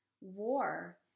war